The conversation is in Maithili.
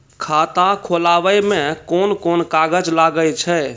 खाता खोलावै मे कोन कोन कागज लागै छै?